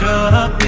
up